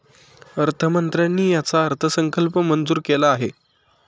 अर्थमंत्र्यांनी याचा अर्थसंकल्प मंजूर केला आहे